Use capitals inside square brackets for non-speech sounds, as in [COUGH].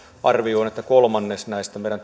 arvioin että kolmannes meidän [UNINTELLIGIBLE]